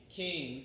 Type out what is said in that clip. king